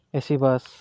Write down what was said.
AC ᱵᱟᱥ